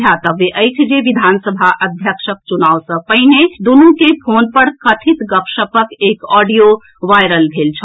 ध्यातव्य अछि जे विधानसभा अध्यक्षक चुनाव सँ पहिने दूनु के फोन पर कथित गपशपक एक ऑडियो वायरल भेल छल